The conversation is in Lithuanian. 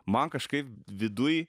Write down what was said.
man kažkaip viduj